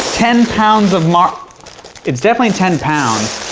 ten pounds of mar it's definitely ten pounds.